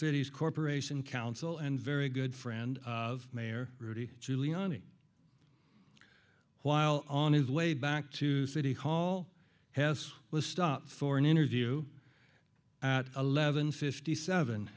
city's corporation counsel and very good friend of mayor rudy giuliani while on his way back to city hall has was stopped for an interview at eleven fifty seven